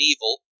evil